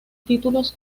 títulos